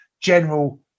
general